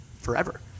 forever